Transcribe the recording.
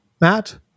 Matt